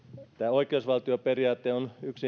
oikeusvaltioperiaate on yksi